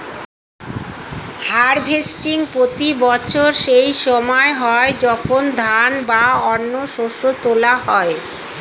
harvesting প্রতি বছর সেই সময় হয় যখন ধান বা অন্য শস্য তোলা হয়